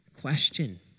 question